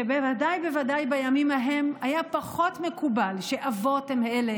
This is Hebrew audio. כשבוודאי בוודאי בימים ההם היה פחות מקובל שאבות הם אלה